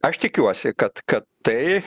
aš tikiuosi kad kad tai